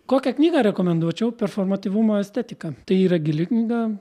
kokią knygą rekomenduočiau performatyvumo estetika tai yra gili knyga